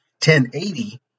1080